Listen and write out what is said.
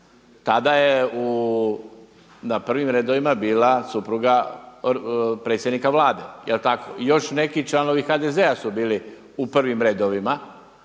tada je na prvim redovima bila supruga predsjednika Vlade, je li tako i još neki članovi HDZ-a su bili u prvim redovima,